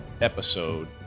episode